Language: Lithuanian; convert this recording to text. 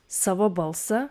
savo balsą